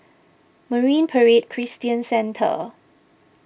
Marine Parade Christian Centre